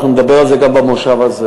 ואנחנו נדבר על זה גם במושב הזה: